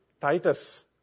Titus